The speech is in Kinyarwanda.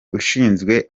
ishinzwe